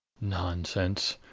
nonsense!